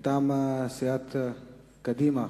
מטעם סיעת קדימה,